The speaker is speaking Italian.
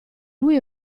lui